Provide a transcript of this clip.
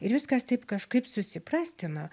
ir viskas taip kažkaip susiprastino